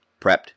prepped